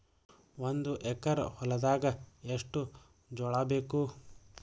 ಒಂದು ಎಕರ ಹೊಲದಾಗ ಎಷ್ಟು ಜೋಳಾಬೇಕು?